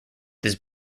his